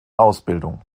ausbildung